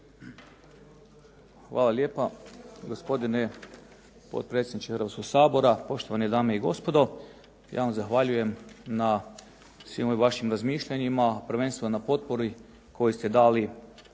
Hvala lijepa. Gospodine potpredsjedniče Hrvatskog sabora, poštovane dame i gospodo. Ja vam zahvaljujem na svim ovim vašim razmišljanjima, prvenstveno na potpori koju ste dali